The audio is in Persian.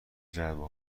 جعبه